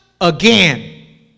again